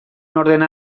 ordena